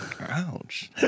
Ouch